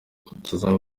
utazaba